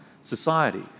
society